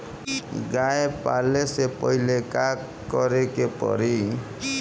गया पाले से पहिले का करे के पारी?